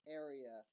area